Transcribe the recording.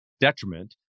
detriment